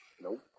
Nope